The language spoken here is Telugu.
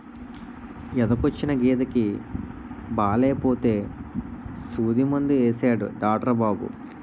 ఎదకొచ్చిన గేదెకి బాలేపోతే సూదిమందు యేసాడు డాట్రు బాబు